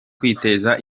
kwiteza